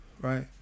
right